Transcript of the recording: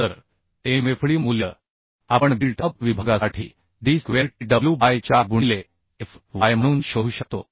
तर Mfd मूल्य आपण बिल्ट अप विभागासाठी d स्क्वेअर Tw बाय 4 गुणिले Fy म्हणून शोधू शकतो